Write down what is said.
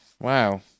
wow